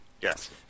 Yes